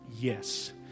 yes